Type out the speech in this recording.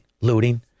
looting